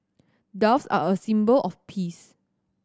doves are a symbol of peace